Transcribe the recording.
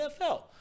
NFL